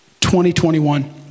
2021